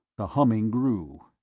the humming grew.